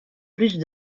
plus